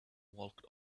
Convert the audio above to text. walked